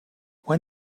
when